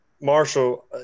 Marshall